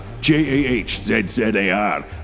J-A-H-Z-Z-A-R